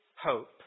hope